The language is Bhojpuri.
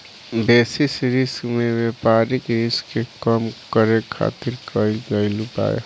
बेसिस रिस्क में व्यापारिक रिस्क के कम करे खातिर कईल गयेल उपाय ह